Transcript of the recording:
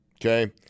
Okay